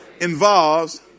involves